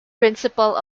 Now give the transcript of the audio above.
principal